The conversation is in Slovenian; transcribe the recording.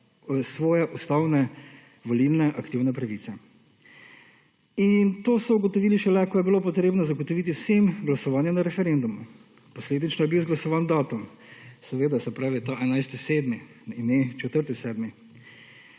svoje ustavne volilne aktivne pravice in to so ugotovili še, ko je bilo potrebno zagotoviti vsem glasovanje na referendumu. Posledično je bil izglasovan datum. Seveda se pravi ta 11. 7. in ne 4. 7.